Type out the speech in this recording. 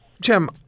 Jim